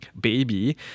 baby